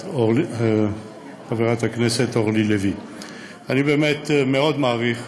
אני באמת מאוד מעריך.